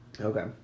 Okay